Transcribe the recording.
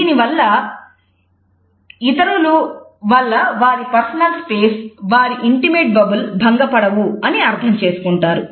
దీని వలన ఇతరుల వల్ల వారి పర్సనల్ స్పేస్ భంగ పడవు అని అర్థం చేసుకుంటారు